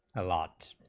a lot